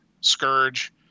Scourge